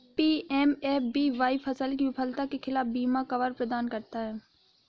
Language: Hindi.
पी.एम.एफ.बी.वाई फसल की विफलता के खिलाफ बीमा कवर प्रदान करता है